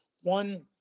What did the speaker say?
One